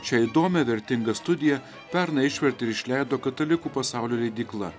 šią įdomią vertingą studiją pernai išvertė ir išleido katalikų pasaulio leidykla